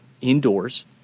indoors